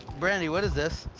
brandi, what is this?